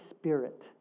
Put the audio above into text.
Spirit